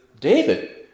David